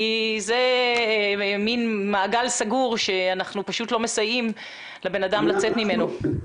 כי זה מין מעגל סגור שאנחנו פשוט לא מסייעים לבן-אדם לצאת ממנו.